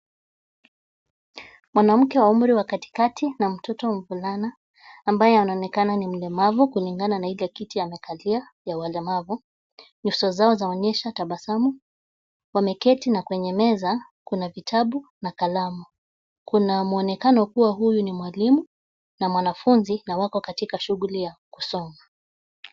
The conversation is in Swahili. Mwanamke wa umri wa katikati na mtoto mvulana ambaye anaonekena ni mlemavu kulingana na ile kiti amekalia ya walemavu. Nyuso zao zaonyesha tabasamu. Wameketi na kwenye meza, kuna vitabu na kalamu. Kuna mwonekano kuwa huyu ni mwalimu, na mwanafunzi na wako katika shughulia ya kusoma.